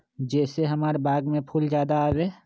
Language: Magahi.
जे से हमार बाग में फुल ज्यादा आवे?